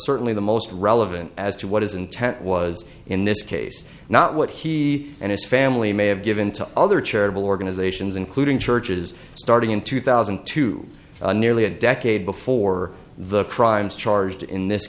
certainly the most relevant as to what his intent was in this case not what he and his family may have given to other charitable organizations including churches starting in two thousand and two nearly a decade before the crimes charged in this